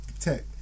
tech